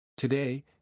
Today